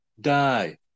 die